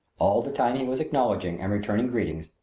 all the time he was acknowledging and returning greetings,